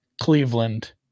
Cleveland